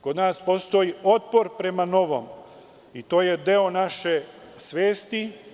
Kod nas postoji otpor prema novom i to je deo naše svesti.